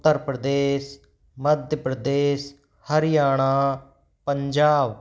Uttar Pradesh Madhya Pradesh Haryana Punjab